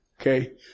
Okay